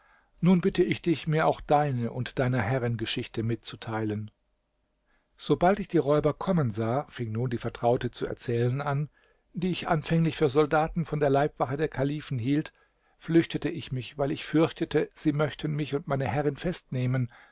nun bitte ich dich mir auch deine und deiner herrin geschichte mitzuteilen sobald ich die räuber kommen sah fing nun die vertraute zu erzählen an die ich anfänglich für soldaten von der leibwache der kalifen hielt flüchtete ich mich weil ich fürchtete sie möchten mich und meine herrin festnehmen